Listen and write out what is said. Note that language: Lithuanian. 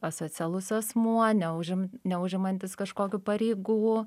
asocialus asmuo neužim neužimantis kažkokių pareigų